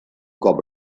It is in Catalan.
cop